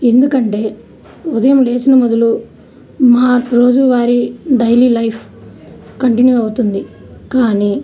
ఎందుకంటే ఉదయం లేచిన మొదలు మాకు రోజు వారి డైలీ లైఫ్ కంటిన్యూ అవుతుంది కానీ